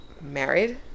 married